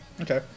Okay